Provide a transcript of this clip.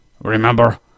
Remember